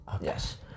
Yes